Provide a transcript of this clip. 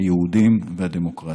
היהודיים והדמוקרטיים,